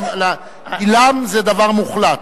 זה דבר מוחלט,